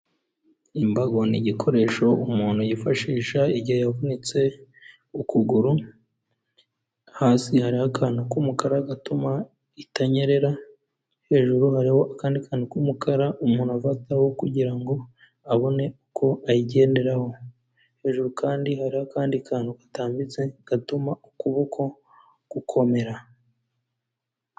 Imbago ni igikoresho umuntu yifashisha igihe yavunitse ukuguru hasi hari akantu k'umukara gatuma itanyerera, hejuru hariho akandi kantu k'umukara umuntu afataho kugira ngo abone uko ayigenderaho, hejuru kandi hari akandi kantu gatambitse gatuma ukuboko gukomera.